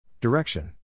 Direction